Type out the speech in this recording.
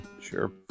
Sure